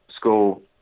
school